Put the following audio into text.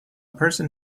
person